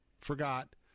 forgot